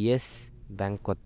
yes ব্যাঙ্কত